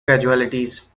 casualties